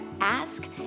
ask